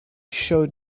showed